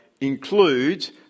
includes